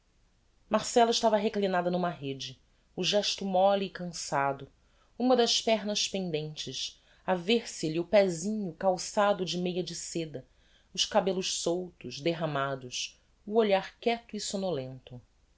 marcella estava reclinada n'uma rede o gesto molle e cançado uma das pernas pendentes a ver se lhe o pésinho calçado de meia de seda os cabellos soltos derramados o olhar quieto e somnolento